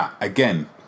again